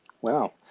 Wow